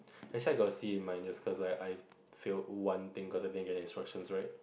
actually I got see in my this cause I I failed one thing cause I didn't get the instructions right